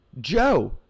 Joe